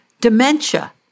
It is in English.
Dementia